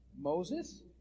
Moses